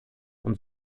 und